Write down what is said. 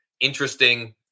interesting